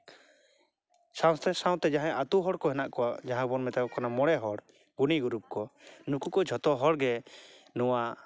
ᱥᱟᱶᱛᱮ ᱥᱟᱶᱛᱮ ᱡᱟᱦᱟᱸᱭ ᱟᱛᱳ ᱦᱚᱲ ᱠᱚ ᱦᱮᱱᱟᱜ ᱠᱚᱣᱟ ᱡᱟᱦᱟᱸᱭ ᱵᱚᱱ ᱢᱮᱛᱟᱠᱚ ᱠᱟᱱᱟ ᱢᱚᱬ ᱦᱚᱲ ᱜᱩᱱᱤ ᱜᱩᱨᱤᱵ ᱠᱚ ᱱᱩᱠᱩ ᱠᱚ ᱡᱷᱚᱛᱚ ᱦᱚᱲ ᱜᱮ ᱱᱚᱣᱟ